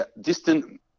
distant –